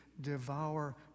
devour